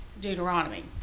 Deuteronomy